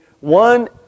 one